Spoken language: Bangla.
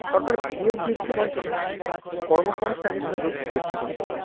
সরকার বিনিয়োগ বৃদ্ধির মাধ্যমে কর্মসংস্থানে সুযোগ বৃদ্ধি করতে পারে